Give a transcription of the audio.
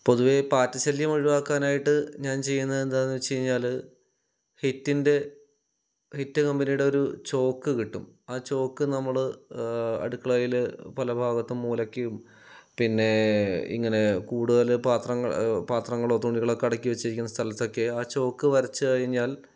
പൊതുവെ പാറ്റ ശല്യം ഒഴിവാക്കാനായിട്ട് ഞാൻ ചെയുന്നത് എന്താണെന്ന് വെച്ചുകഴിഞ്ഞാൽ ഹിറ്റിന്റെ ഹിറ്റ് കമ്പനിയുടെ ഒരു ചോക്ക് കിട്ടും ആ ചോക്ക് നമ്മൾ അടുക്കളയിൽ പല ഭാഗത്തും മൂലക്കും പിന്നെ ഇങ്ങനെ കൂടുതൽ പാത്രങ്ങൾ പാത്രങ്ങളോ തുണികളൊക്കെ അടുക്കി വെച്ചിരിക്കുന്ന സ്ഥലത്തൊക്കെ ആ ചോക്ക് വരച്ചു കഴിഞ്ഞാൽ